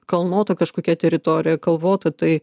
kalnuota kažkokia teritorija kalvota tai